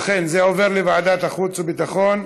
אכן זה עובר לוועדת החוץ והביטחון.